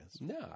No